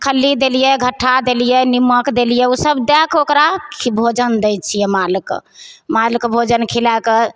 खल्ली देलियै झट्ठा देलियै नीमक देलियै उसब दए कऽ ओकरा खि भोजन दै छियै मालके मालके भोजन खिलाकऽ